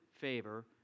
favor